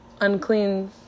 unclean